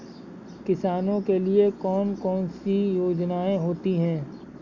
किसानों के लिए कौन कौन सी योजनायें होती हैं?